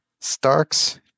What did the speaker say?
Starks